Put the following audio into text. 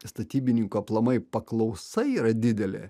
statybininko aplamai paklausa yra didelė